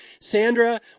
Sandra